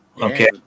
Okay